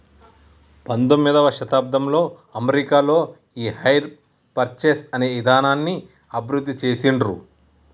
పంతొమ్మిదవ శతాబ్దంలో అమెరికాలో ఈ హైర్ పర్చేస్ అనే ఇదానాన్ని అభివృద్ధి చేసిండ్రు